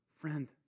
Friend